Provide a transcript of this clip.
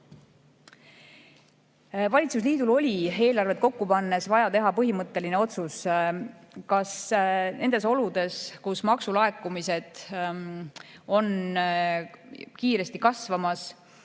ettevõtetele. Valitsusliidul oli eelarvet kokku pannes vaja teha põhimõtteline otsus, kas nendes oludes, kus maksulaekumised kiiresti kasvavad,